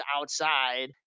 outside